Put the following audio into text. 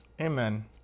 amen